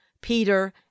Peter